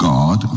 God